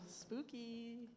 Spooky